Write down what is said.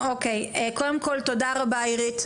קודם כל תודה רבה עירית,